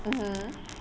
mmhmm